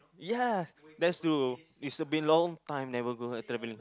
yes there's to it's been long time never go travel